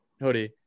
hoodie